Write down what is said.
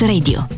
Radio